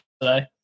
today